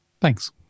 Thanks